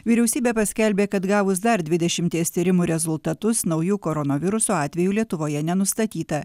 vyriausybė paskelbė kad gavus dar dvidešimties tyrimų rezultatus naujų koronaviruso atvejų lietuvoje nenustatyta